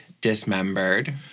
dismembered